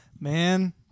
Man